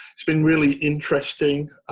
it's been really interesting,